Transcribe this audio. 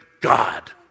God